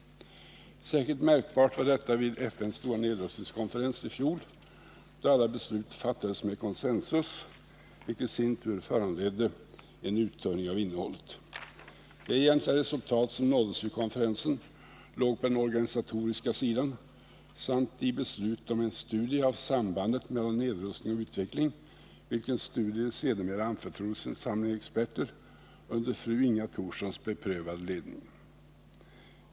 Särskilt märkbart var detta vid FN:s stora nedrustningskonferens 1978, då alla beslut fattades med consensus, vilket i sin tur föranledde en uttunning av innehållet. Det egentliga resultat som uppnåddes vid konferensen låg på den organisatoriska sidan samt i beslut om en studie av sambandet mellan nedrustning och utveckling, vilket sedermera anförtroddes en samling experter under fru Inga Thorssons beprövade ledning.